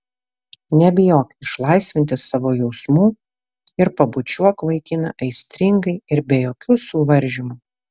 nebijok išlaisvinti savo jausmų ir pabučiuok vaikiną aistringai ir be jokių suvaržymų